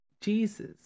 Jesus